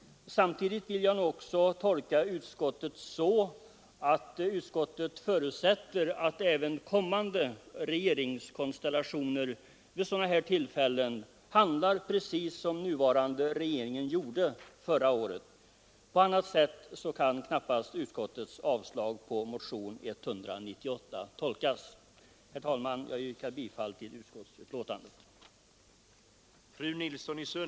Samtidigt vill jag också tolka utskottet så att utskottet förutsätter att även kommande regeringskonstellationer vid sådana här tillfällen handlar precis som den nuvarande regeringen gjorde förra året. På annat sätt kan knappast utskottets avstyrkande av motionen 198 tolkas. Herr talman! Jag ber att få yrka bifall till utskottets hemställan.